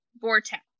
vortex